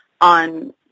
on